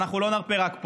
ולא נרפה, רק פה.